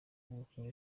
umukino